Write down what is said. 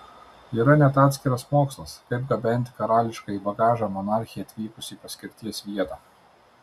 yra net atskiras mokslas kaip gabenti karališkąjį bagažą monarchei atvykus į paskirties vietą